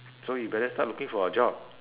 so you better start looking for a job